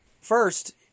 First